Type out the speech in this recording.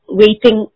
waiting